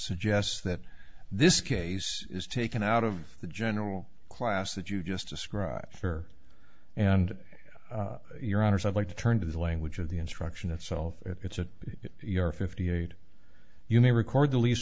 that this case is taken out of the general class that you just described her and your honors i'd like to turn to the language of the instruction itself it's a if you're a fifty eight you may record the lease